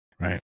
Right